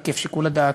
את היקף שיקול הדעת